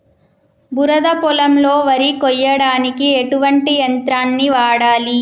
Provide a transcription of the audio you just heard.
బురద పొలంలో వరి కొయ్యడానికి ఎటువంటి యంత్రాన్ని వాడాలి?